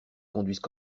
conduisent